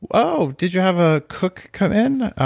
oh, did you have a cook come in?